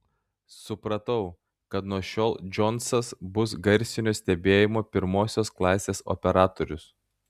supratau kad nuo šiol džonsas bus garsinio stebėjimo pirmosios klasės operatorius